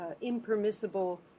impermissible